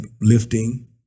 lifting